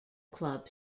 club